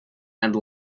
and